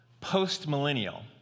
post-millennial